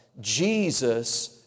Jesus